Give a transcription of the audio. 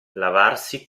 lavarsi